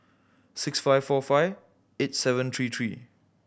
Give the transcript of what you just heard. six five four five eight seven three three